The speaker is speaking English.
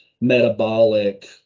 metabolic